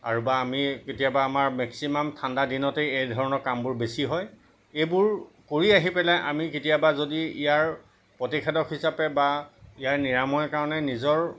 আৰু বা আমি কেতিয়াবা আমাৰ মেক্সিমাম ঠাণ্ডা দিনতেই এই ধৰণৰ কামবোৰ বেছি হয় এইবোৰ কৰি আহি পেলাই আমি কেতিয়াবা যদি ইয়াৰ প্ৰতিষেধক হিচাপে বা ইয়াৰ নিৰাময়ৰ কাৰণে নিজৰ